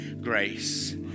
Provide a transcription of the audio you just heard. grace